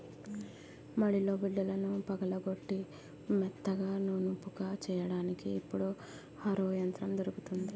మడిలో బిడ్డలను పగలగొట్టి మెత్తగా నునుపుగా చెయ్యడానికి ఇప్పుడు హరో యంత్రం దొరుకుతుంది